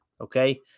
Okay